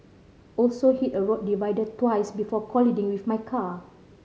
also hit a road divider twice before colliding with my car